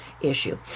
issue